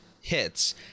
hits